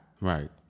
Right